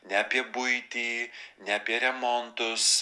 ne apie buitį ne apie remontus